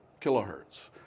kilohertz